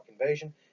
invasion